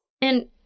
and-